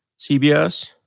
CBS